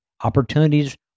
opportunities